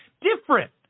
different